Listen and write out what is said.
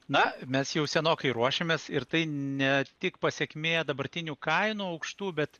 na mes jau senokai ruošėmės ir tai ne tik pasekmė dabartinių kainų aukštų bet